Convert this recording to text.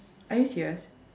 are you serious